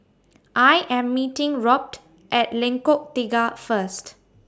I Am meeting Robt At Lengkok Tiga First